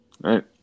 Right